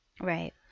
Right